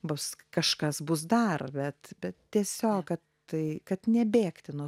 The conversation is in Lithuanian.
bus kažkas bus dar bet bet tiesiog kad tai kad nebėgti nu